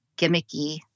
gimmicky